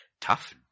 tough